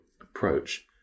approach